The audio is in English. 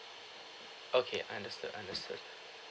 okay understood understood